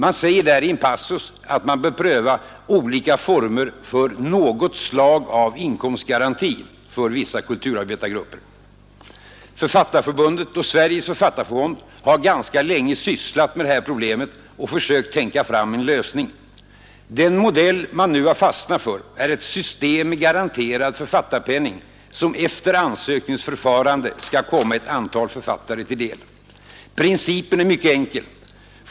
Man säger där i en passus att man bör pröva olika former för ”något slag av inkomstgaranti” för vissa kulturarbetargrupper. Författarförbundet och Sveriges författarfond har ganska länge sysslat med det här problemet och försökt tänka fram en lösning. Den modell man nu har fastnat för är ett system med garanterad författarpenning, som efter ansökningsförfarande skall komma ett antal författare till del. Principen är mycket enkel.